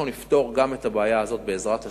אנחנו נפתור גם את הבעיה הזאת, בעזרת השם.